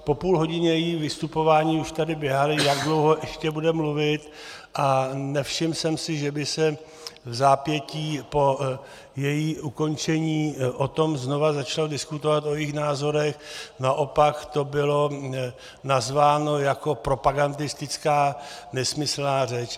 Po půlhodině jejího vystupování už tady běhali, jak dlouho ještě bude mluvit, a nevšiml jsem si, že by se vzápětí po jejím ukončení o tom znovu začalo diskutovat, o jejích názorech, naopak to bylo nazváno jako propagandistická nesmyslná řeč.